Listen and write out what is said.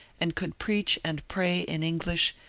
and could preach and pray in english,